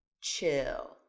chill